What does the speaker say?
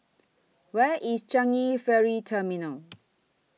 Where IS Changi Ferry Terminal